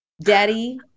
daddy